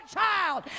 child